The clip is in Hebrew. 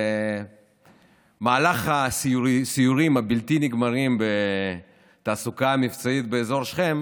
במהלך הסיורים הבלתי-נגמרים בתעסוקה מבצעית באזור שכם